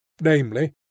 namely